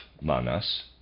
manas